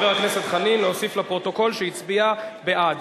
חבר הכנסת חנין, להוסיף לפרוטוקול שהצביע בעד.